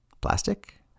plastic